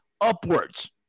upwards